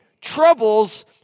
troubles